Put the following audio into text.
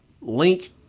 link